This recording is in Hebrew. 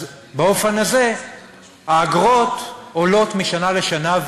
אז באופן הזה האגרות עולות משנה לשנה,